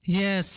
Yes